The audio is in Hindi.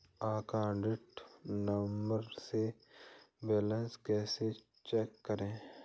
अकाउंट नंबर से बैलेंस कैसे चेक करें?